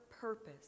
purpose